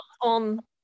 on